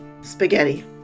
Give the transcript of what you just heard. Spaghetti